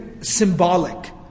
symbolic